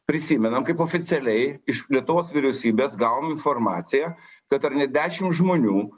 prisimenam kaip oficialiai išplėtos vyriausybės gavome informaciją kad ar ne dešimt žmonių